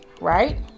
Right